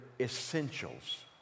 essentials